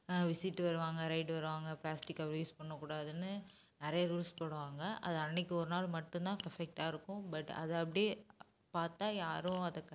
visit வருவாங்க raid வருவாங்க plastic cover use பண்ணக்கூடாதுன்னு நிறையா ரூல்ஸ் போடுவாங்க அதை அன்னைக்கு ஒரு நாள் மட்டும்தான் பெர்ஃபெக்ட்டாக இருக்கும் பட் அது அப்படியே பார்த்தா யாரும் அதை